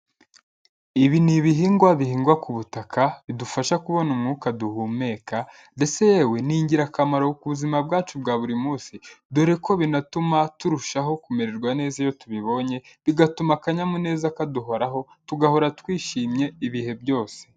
Ibi ni ibihingwa bihingwa ku butaka bidufasha kubona umwuka duhumeka ndetse yewe ni ingirakamaro ku buzima bwacu bwa buri munsi dore ko binatuma turushaho kumererwa neza iyo tubibonye bigatuma akanyamuneza kaduhoraho tugahora twishimye ibihe byose.